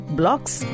blocks